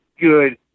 good